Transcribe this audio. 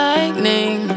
Lightning